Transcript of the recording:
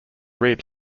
read